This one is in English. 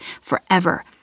forever